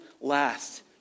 last